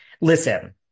Listen